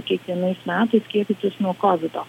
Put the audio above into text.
kiekvienais metais skiepytis nuo kovido